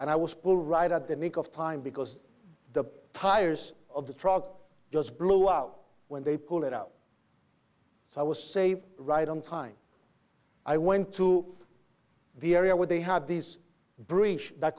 and i was pull right at the nick of time because the tires of the truck just blew out when they pulled it out so i was safe right on time i went to the area where they had this breach that